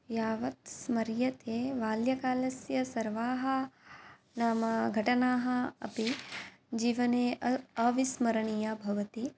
यावत् स्मर्यते बाल्यकालस्य सर्वाः नाम घटनाः अपि जीवने अविस्मरणीया भवति